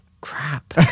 crap